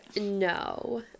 No